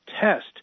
test